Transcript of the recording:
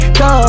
go